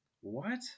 What